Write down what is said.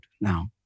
now